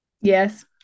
Yes